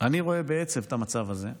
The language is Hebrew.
אני רואה בעצב את המצב הזה.